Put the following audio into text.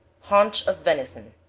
haunch of venison.